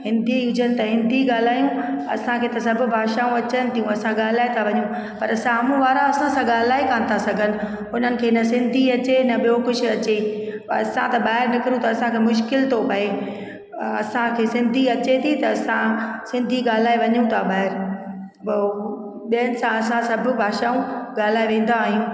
हिंदी हुजनि त हिंदी ॻाल्हायूं असांखे त सभु भाषाऊं अचनि थियूं असां ॻाल्हाए था वञूं पर साम्हूं वारा असांसां ॻाल्हाए ई कान था सघनि उन्हनि खे न सिंधी अचे न ॿियो कुझु अचे असां त ॿाहिरि निकिरूं त असां खे मुश्किल थो पए असां खे सिंधी अचे थी त असां सिंधी ॻाल्हाए वञूं था ॿाहिरि ॿियनि सां असां सभु भाषाऊं ॻाल्हाए वेंदा आहियूं